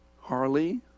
Harley